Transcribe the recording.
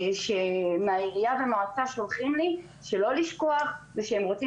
מהעירייה ומהמועצה שולחים לי לא לשכוח ושהם רוצים